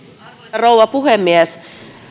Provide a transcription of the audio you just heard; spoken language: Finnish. rouva puhemies